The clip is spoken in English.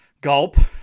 Gulp